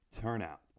turnout